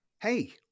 hey